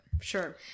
Sure